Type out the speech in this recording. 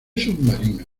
submarino